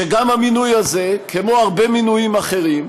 שגם המינוי הזה, כמו הרבה מינויים אחרים,